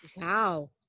wow